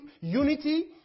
unity